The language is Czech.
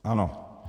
Ano.